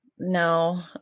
No